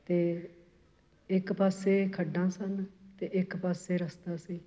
ਅਤੇ ਇੱਕ ਪਾਸੇ ਖੱਡਾਂ ਸਨ ਅਤੇ ਇੱਕ ਪਾਸੇ ਰਸਤਾ ਸੀ